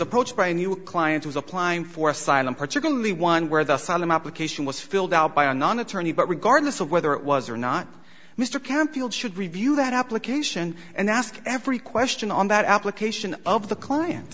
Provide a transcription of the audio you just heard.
approached by a new client is applying for asylum particularly one where the found an application was filled out by a non attorney but regardless of whether it was or not mr campfield should review that application and ask every question on that application of the client